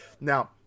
Now